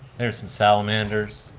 there's some salamanders.